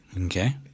Okay